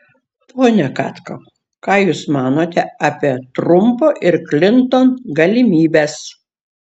pone katkau ką jūs manote apie trumpo ir klinton galimybes